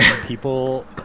People